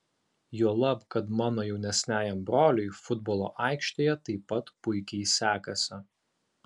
juolab kad mano jaunesniajam broliui futbolo aikštėje taip pat puikiai sekasi